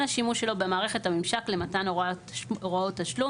השימוש שלו במערכת הממשק למתן הוראות תשלום,